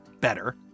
better